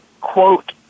quote